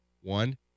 One